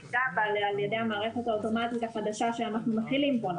המידע על ידי המערכת האוטומטית החדשה שאנחנו מתחילים פה,